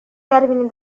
termine